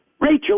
Rachel